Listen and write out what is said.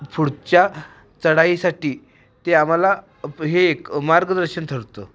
पुढच्या चढाईसाठी ते आम्हाला हे एक मार्गदर्शन ठरतं